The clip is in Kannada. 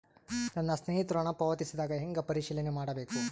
ನನ್ನ ಸ್ನೇಹಿತರು ಹಣ ಪಾವತಿಸಿದಾಗ ಹೆಂಗ ಪರಿಶೇಲನೆ ಮಾಡಬೇಕು?